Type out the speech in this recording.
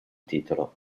titolo